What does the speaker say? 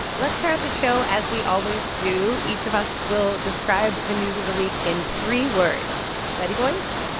let's start the show as we always do. each of us will describe the news of the week in three words. ready, boys?